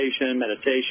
meditation